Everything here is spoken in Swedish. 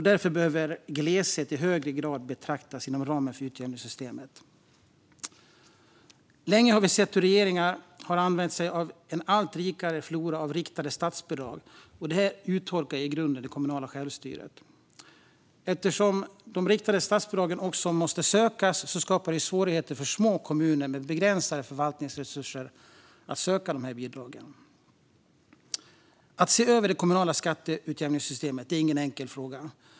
Därför behöver gleshet i högre grad beaktas inom ramen för utjämningssystemet. Länge har vi sett hur regeringar har använt sig av en allt rikare flora av riktade statsbidrag. Detta urholkar i grunden det kommunala självstyret. De riktade statsbidragen måste sökas, vilket skapar svårigheter för små kommuner med begränsade förvaltningsresurser att söka dessa bidrag. Att se över det kommunala skatteutjämningssystemet är ingen enkel fråga.